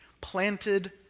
planted